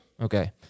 Okay